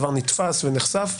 הדבר נתפס ונחשף,